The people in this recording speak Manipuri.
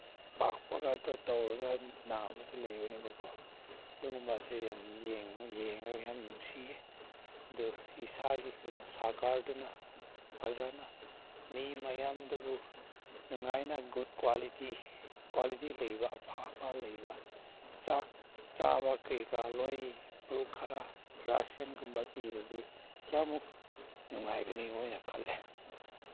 ꯄꯥꯛꯄꯒꯥꯗꯣ ꯇꯧꯔꯒ ꯅꯥꯕꯁꯨ ꯂꯩꯕꯅꯦꯕꯀꯣ ꯑꯗꯨꯒꯨꯝꯕꯁꯦ ꯌꯥꯝ ꯌꯦꯡꯉꯨ ꯌꯦꯡꯉꯒ ꯌꯥꯝ ꯅꯨꯡꯁꯤꯌꯦ ꯑꯗꯨ ꯏꯁꯥꯒꯤ ꯀꯩꯅꯣ ꯁꯥꯔꯀꯔꯗꯨꯅ ꯐꯖꯅ ꯃꯤ ꯃꯌꯥꯝꯗꯨꯕꯨ ꯅꯨꯡꯉꯥꯏꯅ ꯒꯨꯗ ꯀ꯭ꯋꯥꯂꯤꯇꯤ ꯀ꯭ꯋꯥꯂꯤꯇꯤ ꯂꯩꯕ ꯑꯐꯕ ꯂꯩꯕ ꯆꯥꯛ ꯆꯥꯕ ꯀꯩꯀꯥ ꯂꯣꯏ ꯄ꯭ꯔꯨ ꯈꯔ ꯔꯥꯁꯟꯒꯨꯝꯕ ꯄꯤꯔꯗꯤ ꯀꯌꯥꯃꯨꯛ ꯅꯨꯡꯉꯥꯏꯒꯅꯤ ꯑꯣꯏꯅ ꯈꯜꯂꯦ